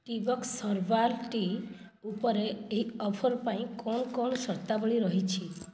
ଟି box herbal tea ଉପରେ ଏହି offer ପାଇଁ କ'ଣ କ'ଣ ସର୍ତ୍ତାବଳୀ ରହିଛି